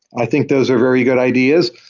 i think those are very good ideas.